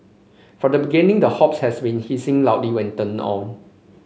from the beginning the hobs has been hissing loudly when turned on